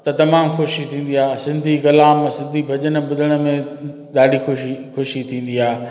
त तमामु ख़ुशी थींदी आहे सिंधी कलाम सिंधी भॼन ॿुधण में ॾाढी ख़ुशी ख़ुशी थींदी आहे